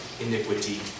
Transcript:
iniquity